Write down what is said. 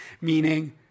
Meaning